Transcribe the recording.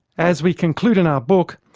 as we conclude in our book,